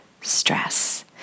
stress